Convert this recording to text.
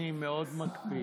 אני מאוד מקפיד.